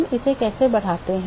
हम इसे कैसे बढ़ाते हैं